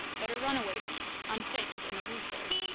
but a runaway reef, unfixed and elusive.